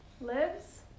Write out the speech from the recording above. lives